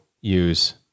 use